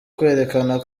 kwerekana